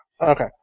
Okay